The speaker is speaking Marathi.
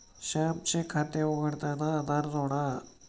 श्यामचे खाते उघडताना आधार जोडा